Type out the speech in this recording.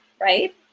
right